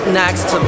next